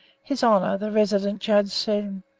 his honor the resident judge said